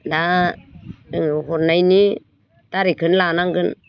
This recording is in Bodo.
दा जों हरनायनि थारिकखौनो लानांगोन